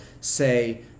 say